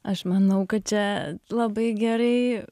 aš manau kad čia labai gerai